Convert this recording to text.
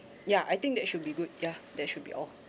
ya I think that should be good yeah that should be all